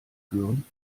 führen